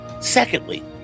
Secondly